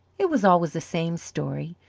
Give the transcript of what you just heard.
it was always the same story,